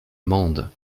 mende